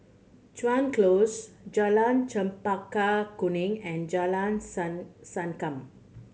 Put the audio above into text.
Chuan Close Jalan Chempaka Kuning and Jalan San Sankam